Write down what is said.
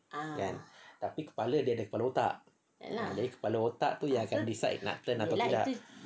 kan tapi kepala dia ada kepala otak jadi yang kepala otak tu yang decide nak turn atau tidak